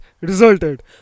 resulted